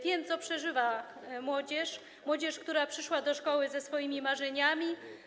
Wiem, co przeżywa młodzież, która przyszła do szkoły ze swoimi marzeniami.